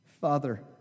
Father